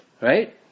right